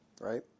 right